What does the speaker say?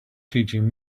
teaching